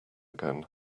again